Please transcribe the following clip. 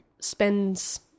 spends